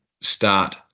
start